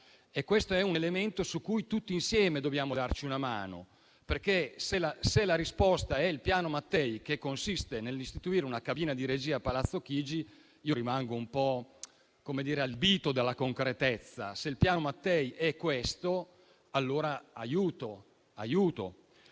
questo è un elemento su cui tutti insieme dobbiamo darci una mano, perché se la risposta è il Piano Mattei, che consiste nell'istituire una cabina di regia a Palazzo Chigi, rimango un po' allibito a sentirla definire concretezza. Se il Piano Mattei è questo, allora siamo